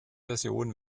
version